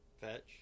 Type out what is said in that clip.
fetch